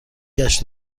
گشت